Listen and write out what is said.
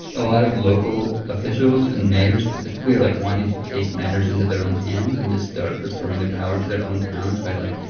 a lot of local officials and mayors specifically are, like, wanting to take matters into their own hands and just start restoring their power to their own towns by, like,